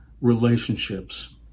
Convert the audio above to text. relationships